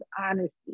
honesty